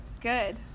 Good